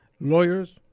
lawyers